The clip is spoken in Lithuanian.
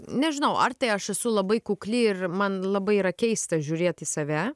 nežinau ar tai aš esu labai kukli ir man labai yra keista žiūrėt į save